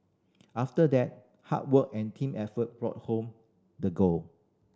after that hard work and team effort brought home the gold